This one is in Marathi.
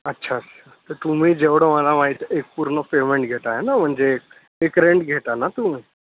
अच्छा अच्छा तर तुम्ही जेवढंं मला माहीत एक पूर्ण पेमेंंट घेत आहे ना म्हणजे एक रेंट घेता ना तुम्ही